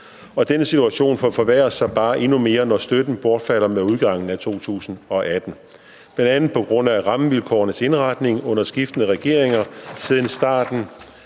og denne situation forværres bare endnu mere, når støtten bortfalder ved udgangen af 2018. Bl.a. på grund af rammevilkårenes indretning under skiftende regeringer siden starten